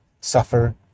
suffer